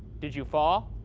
did you fall?